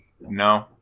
No